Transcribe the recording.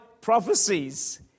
prophecies